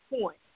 point